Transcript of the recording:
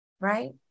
right